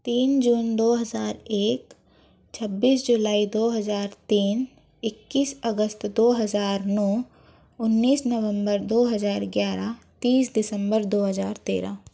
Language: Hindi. तीन जून दो हज़ार एक छब्बीस जुलाई दो हज़ार तीन ईक्कीस अगस्त दो हज़ार नौ उन्नीस नवम्बर दो हज़ार ग्यारह तीस दिसम्बर दो हज़ार तेरह